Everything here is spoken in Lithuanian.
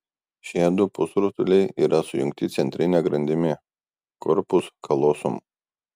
šie du pusrutuliai yra sujungti centrine grandimi korpus kalosum